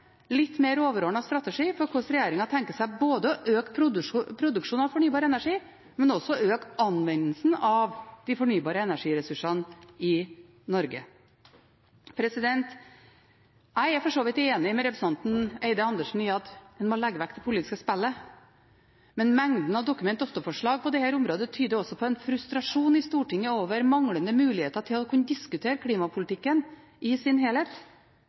litt mer overordnet strategi for hvordan regjeringen tenker seg både å øke produksjonen av fornybar energi og også å øke anvendelsen av de fornybare energiressursene i Norge. Jeg er for så vidt enig med representanten Andersen Eide i at en må legge vekk det politiske spillet, men mengden av Dokument 8-forslag på dette området tyder også på en frustrasjon i Stortinget over manglende muligheter til å kunne diskutere klimapolitikken i sin helhet.